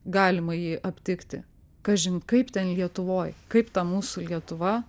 galima jį aptikti kažin kaip ten lietuvoj kaip ta mūsų lietuva